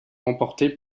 remportée